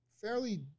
fairly